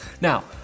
Now